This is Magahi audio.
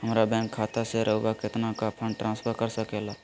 हमरा बैंक खाता से रहुआ कितना का फंड ट्रांसफर कर सके ला?